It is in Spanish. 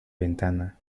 ventana